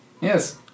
Yes